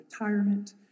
retirement